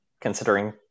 considering